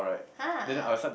[huh]